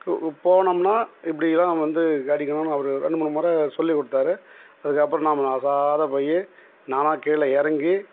கூ போனோம்னால் இப்படி தான் வந்து அடிக்கணும்னு அவர் ரெண்டு மூணு மொறை சொல்லிக் கொடுத்தாரு அதுக்கப்புறம் நம்ம அசாத போய் நானா கீழ இறங்கி